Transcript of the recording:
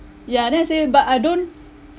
ya then I say but I don't